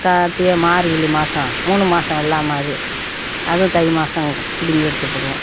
கார்த்திகை மார்கழி மாசம் மூணு மாசம் வெள்ளாமை அது அதுவும் தை மாசம் பிடிங்கி எடுத்து விடுவோம்